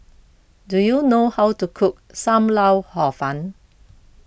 do you know how to cook Sam Lau Hor Fun